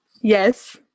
Yes